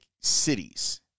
cities